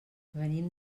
venim